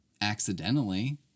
Accidentally